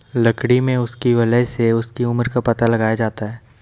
लकड़ी में उसकी वलय से उसकी उम्र का पता लगाया जाता है